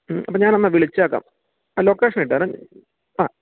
മ്മ് അപ്പോള് ഞാനൊന്നു വിളിച്ചേക്കാം ആ ലൊക്കേഷനിട്ടേര് ആ